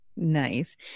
Nice